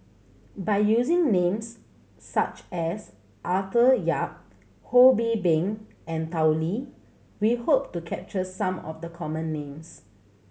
by using names such as Arthur Yap Ho Bee Beng and Tao Li we hope to capture some of the common names